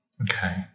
Okay